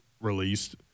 released